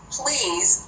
please